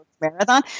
marathon